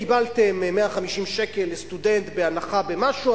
קיבלתם 150 שקל לסטודנט בהנחה במשהו,